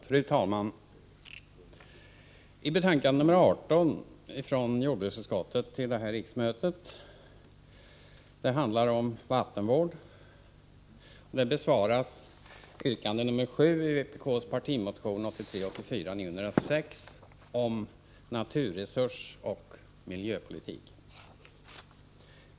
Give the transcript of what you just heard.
Fru talman! I betänkandet nr 18 från jordbruksutskottet till detta riksmöte — betänkandet handlar om vattenvård — besvaras yrkandet nr 7 i vpk:s partimotion nr 1983/84:906 om naturresursoch miljöpolitiken.